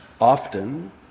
often